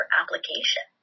application